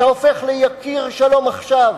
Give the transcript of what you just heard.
אתה הופך ליקיר "שלום עכשיו".